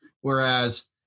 whereas